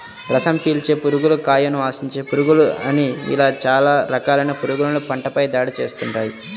రసం పీల్చే పురుగులు, కాయను ఆశించే పురుగులు అని ఇలా చాలా రకాలైన పురుగులు పంటపై దాడి చేస్తుంటాయి